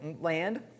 land